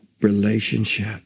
relationship